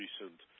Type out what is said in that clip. recent